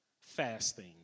fasting